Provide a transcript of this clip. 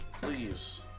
Please